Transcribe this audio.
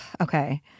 Okay